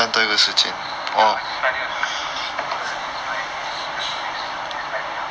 ya I this friday also cannot so at least next friday ah